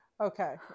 Okay